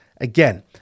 again